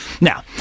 Now